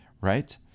right